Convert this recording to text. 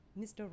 Mr